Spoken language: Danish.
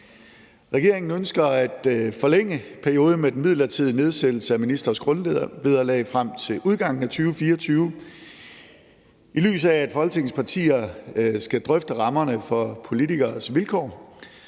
Regeringen ønsker at forlænge perioden med den midlertidige nedsættelse af ministres grundvederlag frem til udgangen af 2024, i lyset af at Folketingets partier skal drøfte rammerne for politikeres vilkår.